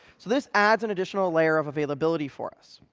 so this adds an additional layer of availability for us.